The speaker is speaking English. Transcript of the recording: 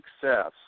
success